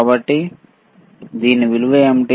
కాబట్టి దీని విలువ ఏమిటి